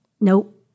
nope